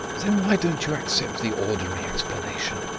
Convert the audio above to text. then why don't you accept the ordinary explanation?